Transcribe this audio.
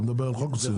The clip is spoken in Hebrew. הוא מדבר על חוק מסוים.